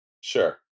Sure